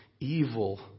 evil